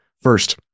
First